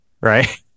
Right